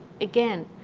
again